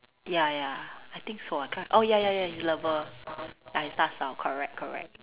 ya ya I think so I can't oh ya ya ya his lover ya his 大嫂 correct correct